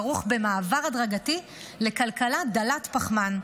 כרוך במעבר הדרגתי לכלכלה דלת-פחמן,